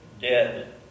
dead